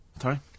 Sorry